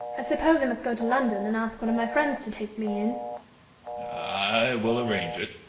i suppose i must go to london and ask one of my friends to take me in i will arrange it.